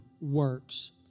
works